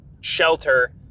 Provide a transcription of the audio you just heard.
shelter